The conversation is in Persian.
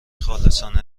خالصانه